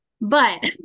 But-